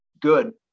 good